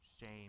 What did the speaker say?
shame